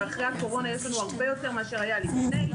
ואחרי הקורונה יש לנו הרבה יותר מאשר היה לפני,